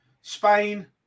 Spain